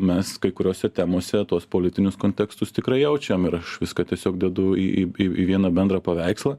mes kai kuriose temose tuos politinius kontekstus tikrai jaučiam ir aš viską tiesiog dedu į į į vieną bendrą paveikslą